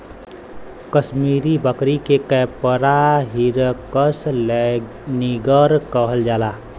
कसमीरी बकरी के capra hircus laniger कहल जाला